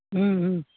हूॅं हूॅं